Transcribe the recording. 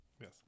Yes